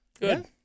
Good